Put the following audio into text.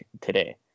today